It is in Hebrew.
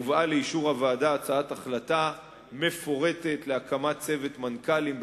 הובאה לאישור הוועדה הצעת החלטה מפורטת להקמת צוות מנכ"לים,